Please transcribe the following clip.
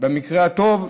במקרה הטוב,